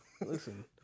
Listen